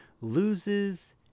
loses